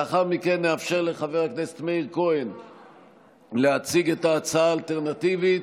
לאחר מכן נאפשר לחבר הכנסת מאיר כהן להציג את ההצעה האלטרנטיבית.